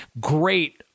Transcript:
great